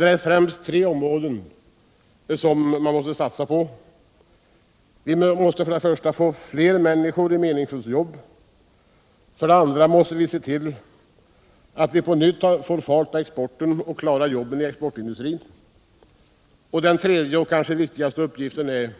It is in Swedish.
Det är främst tre områden man måste satsa på: Vi måste för det första få fler människor i meningsfulla jobb. För det andra måste vi se till att vi på nytt får fart på exporten och klarar jobben inom exportindustrin. Den tredje och kanske viktigaste uppgiften är